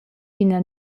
ina